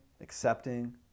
accepting